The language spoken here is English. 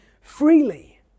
freely